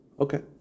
Okay